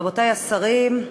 רבותי השרים,